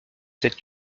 cette